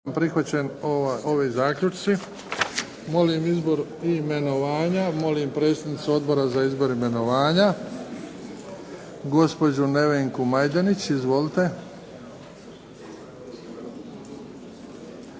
**Bebić, Luka (HDZ)** Molim izbor imenovanja, molim predsjednicu Odbora za izbor imenovanja gospođu Nevenku Majdenić. Izvolite.